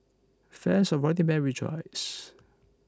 fans of Running Man rejoice